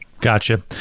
gotcha